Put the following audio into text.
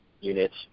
units